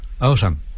awesome